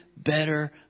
better